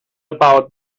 about